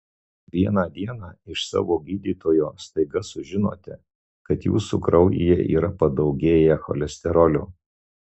vieną dieną iš savo gydytojo staiga sužinote kad jūsų kraujyje yra padaugėję cholesterolio